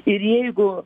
ir jeigu